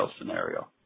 scenario